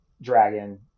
Dragon